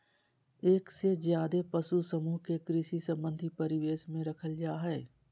एक से ज्यादे पशु समूह के कृषि संबंधी परिवेश में रखल जा हई